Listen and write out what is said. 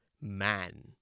man